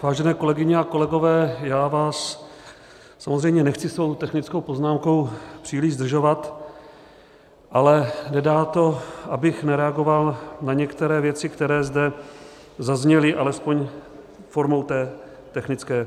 Vážené kolegyně a kolegové, já vás samozřejmě nechci svou technickou poznámkou příliš zdržovat, ale nedá mi to, abych nereagoval na některé věci, které zde zazněly, alespoň formou té technické.